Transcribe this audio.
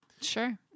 Sure